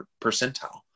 percentile